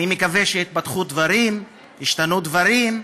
אני מקווה שהתפתחו דברים, השתנו דברים,